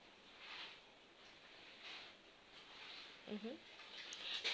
mmhmm